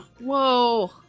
Whoa